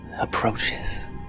approaches